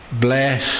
Bless